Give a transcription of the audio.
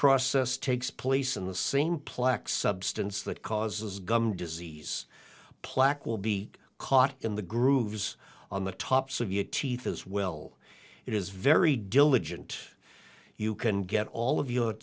process takes place in the same plaque substance that causes gum disease plaque will be caught in the grooves on the tops of your teeth as well it is very diligent you can get all of your